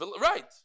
Right